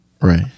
right